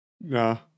No